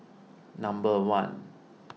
number one